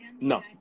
No